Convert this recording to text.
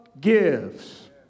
gives